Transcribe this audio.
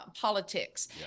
politics